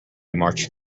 march